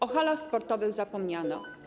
O halach sportowych zapomniano.